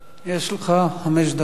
יש לך חמש דקות.